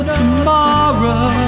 tomorrow